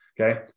okay